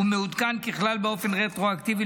ומעודכן, ככלל, באופן רטרואקטיבי.